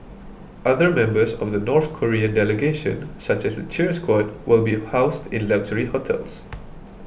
other members of the North Korean delegation such as the cheer squad will be housed in luxury hotels